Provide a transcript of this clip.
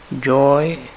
joy